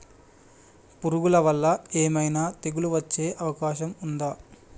పురుగుల వల్ల ఏమైనా తెగులు వచ్చే అవకాశం ఉందా?